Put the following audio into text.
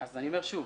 אני אומר שוב.